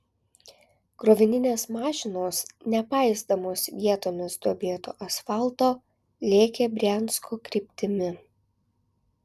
krovininės mašinos nepaisydamos vietomis duobėto asfalto lėkė briansko kryptimi